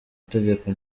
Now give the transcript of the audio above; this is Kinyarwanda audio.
itegeko